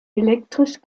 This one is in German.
elektrisch